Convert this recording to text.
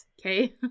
okay